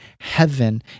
heaven